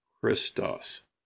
Christos